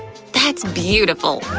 that's beautiful!